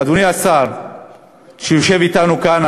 אדוני השר שיושב אתנו כאן,